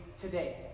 today